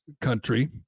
country